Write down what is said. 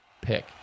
pick